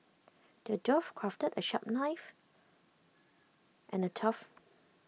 the dwarf crafted A sharp knife and A tough